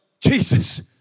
Jesus